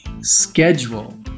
schedule